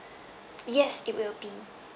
yes it will be